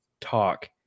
talk